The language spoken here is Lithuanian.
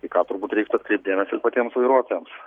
į ką turbūt reiktų atkreipt dėmesį ir patiems vairuotojams